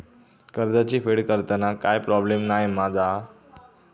कर्जाची फेड करताना काय प्रोब्लेम नाय मा जा?